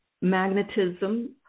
magnetism